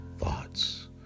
thoughts